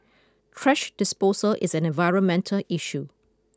thrash disposal is an environmental issue